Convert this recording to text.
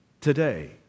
Today